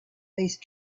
least